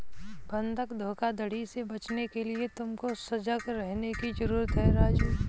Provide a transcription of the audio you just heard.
बंधक धोखाधड़ी से बचने के लिए तुमको सजग रहने की जरूरत है राजु